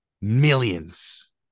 millions